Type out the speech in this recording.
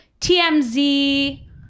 TMZ